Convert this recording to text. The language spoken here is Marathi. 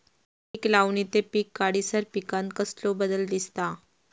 पीक लावणी ते पीक काढीसर पिकांत कसलो बदल दिसता?